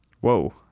Whoa